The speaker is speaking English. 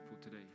today